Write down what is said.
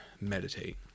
meditate